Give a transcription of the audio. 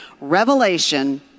Revelation